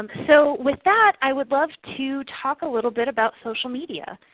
um so with that i would love to talk a little bit about social media.